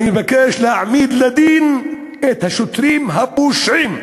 אני מבקש להעמיד לדין את השוטרים הפושעים,